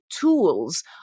tools